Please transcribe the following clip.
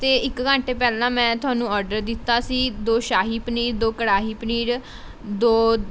ਅਤੇ ਇੱਕ ਘੰਟੇ ਪਹਿਲਾਂ ਮੈਂ ਤੁਹਾਨੂੰ ਔਡਰ ਦਿੱਤਾ ਸੀ ਦੋ ਸ਼ਾਹੀ ਪਨੀਰ ਦੋ ਕੜਾਹੀ ਪਨੀਰ ਦੋ